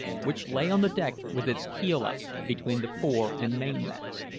which lay on the deck with its keel up between the fore and main masts.